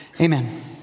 Amen